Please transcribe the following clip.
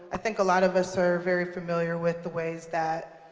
i think a lot of us are very familiar with the ways that